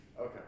Okay